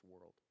world